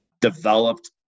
developed